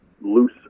loose